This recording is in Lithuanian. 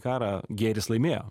karą gėris laimėjo